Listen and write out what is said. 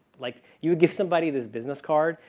like you give somebody this business card,